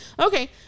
okay